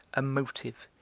a motive,